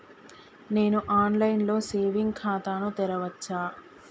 నేను online లో saving ఖాతా ను తెరవచ్చా?